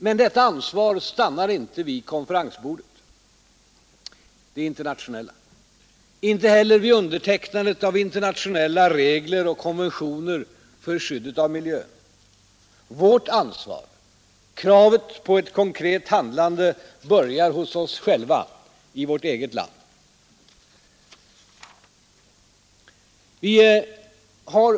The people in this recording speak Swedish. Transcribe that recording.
Men detta ansvar stannar inte vid det internationella konferensbordet. Inte heller vid undertecknandet av internationella regler och konventioner för skyddet av miljön. Vårt ansvar, kravet på ett konkret handlande börjar hos oss själva, i vårt eget land.